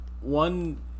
one